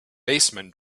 baseman